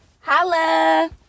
holla